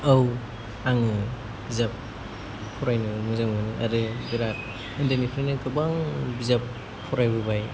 औ आङो बिजाब फरायनो मोजां मोनो आरो उन्दैनिफ्रायनो गोबां बिजाब फरायबोबाय